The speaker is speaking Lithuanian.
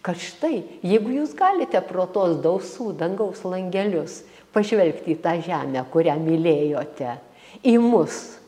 kad štai jeigu jūs galite pro tuos dausų dangaus langelius pažvelgti į tą žemę kurią mylėjote į mus